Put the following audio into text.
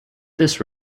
this